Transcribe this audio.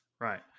Right